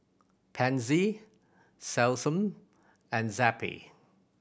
Pansy Selsun and Zappy